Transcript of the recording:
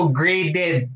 graded